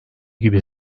gibi